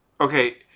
Okay